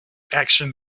action